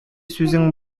сүзең